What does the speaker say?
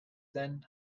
then